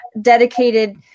dedicated